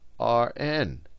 Rn